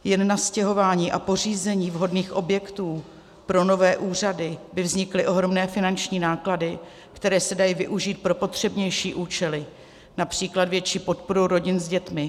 Jen nastěhováním a pořízením vhodných objektů pro nové úřady by vznikly ohromné finanční náklady, které se dají využít pro potřebnější účely, například větší podporu rodin s dětmi.